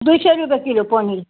दुई सय रुप्पे किलो पनिर